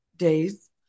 days